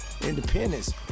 Independence